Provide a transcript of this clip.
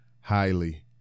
highly